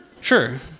Sure